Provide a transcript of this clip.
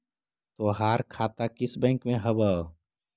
तोहार खाता किस बैंक में हवअ